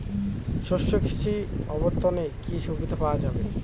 শস্য কৃষি অবর্তনে কি সুবিধা পাওয়া যাবে?